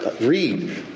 read